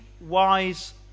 wise